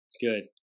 good